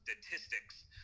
statistics